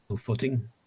footing